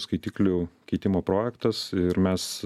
skaitiklių keitimo projektas ir mes